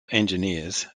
engineers